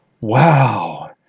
wow